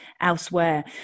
elsewhere